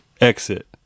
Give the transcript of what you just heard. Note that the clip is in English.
exit